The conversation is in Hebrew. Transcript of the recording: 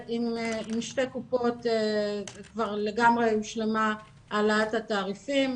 עם שתי קופות לגמרי הושלמה העלאת התעריפים,